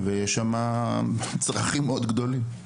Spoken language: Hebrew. ויש שם צרכים גדולים מאוד.